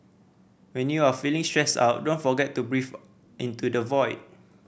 when you are feeling stressed out don't forget to breathe into the void